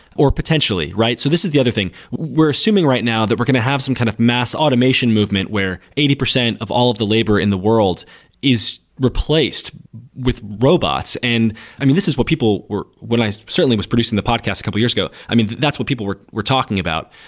or potentially, right? so this is the other thing we're assuming right now that we're going to have some kind of mass automation movement, where eighty percent of all of the labor in the world is replaced with robots and i mean, this is what people when i certainly was producing the podcast a couple years ago, i mean, that's what people were were talking about.